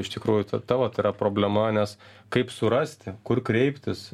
iš tikrųjų ta ta vat yra problema nes kaip surasti kur kreiptis